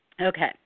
okay